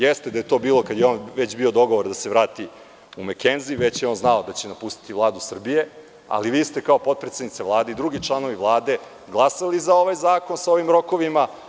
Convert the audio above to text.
Jeste da je to bilo kada je već bio dogovor da se on vrati u Mekenzi, već je znao tada da će napustiti Vladu Srbije, ali vi ste kao potpredsednica Vlade i drugi članovi Vlade glasali za ovaj zakon sa ovim rokovima.